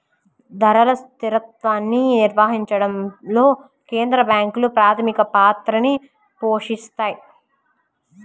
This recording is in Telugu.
ధరల స్థిరత్వాన్ని నిర్వహించడంలో కేంద్ర బ్యాంకులు ప్రాథమిక పాత్రని పోషిత్తాయి